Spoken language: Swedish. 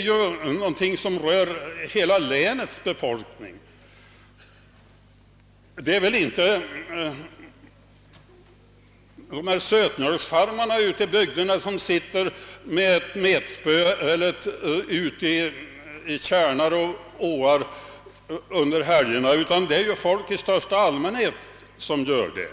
rör länets hela befolkning. Det är inte enbart sötmjölksfarmarna ute i bygderna som sitter med metspön i tjärnar och åar under helgerna, utan det är folk i största allmänhet som gör det.